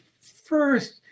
first